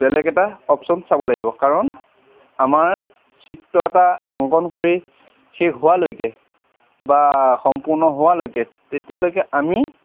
বেলেগ এটা অপশ্যন চাব লাগিব কাৰণ আমাৰ চিত্ৰ এটা অংকন কৰি শেষ হোৱালৈকে বা সম্পূৰ্ণ হোৱালৈকে তেতিয়ালৈকে আমি